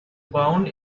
bound